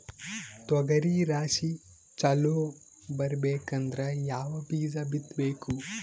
ತೊಗರಿ ರಾಶಿ ಚಲೋ ಬರಬೇಕಂದ್ರ ಯಾವ ಬೀಜ ಬಿತ್ತಬೇಕು?